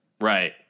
Right